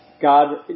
God